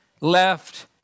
left